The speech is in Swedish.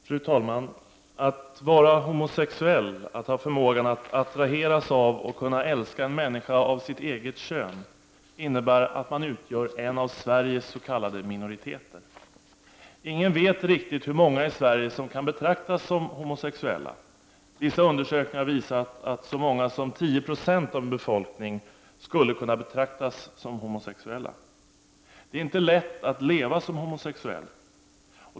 Fru talman! Att vara homosexuell, att ha förmågan att attraheras av och kunna älska en människa av sitt eget kön, innebär att man utgör en av Sverigess.k. minoriteter. Ingen vet riktigt hur många i Sverige som kan betraktas som homosexuella. Vissa undersökningar har visat att så många som 10 96 av en befolkning skulle kunna betraktas som homosexuella. Det är inte lätt att leva som homosexuell.